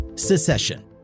secession